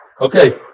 Okay